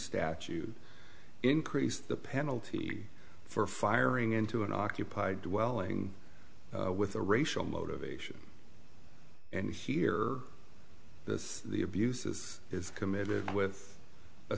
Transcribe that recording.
statute increase the penalty for firing into an occupied dwelling with a racial motivation and here is the abuses is committed with a